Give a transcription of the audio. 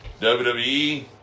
WWE